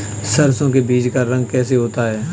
सरसों के बीज का रंग कैसा होता है?